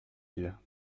îles